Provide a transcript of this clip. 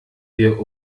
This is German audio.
wir